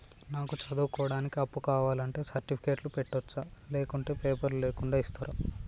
నాకు చదువుకోవడానికి అప్పు కావాలంటే సర్టిఫికెట్లు పెట్టొచ్చా లేకుంటే పేపర్లు లేకుండా ఇస్తరా?